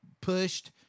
pushed